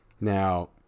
Now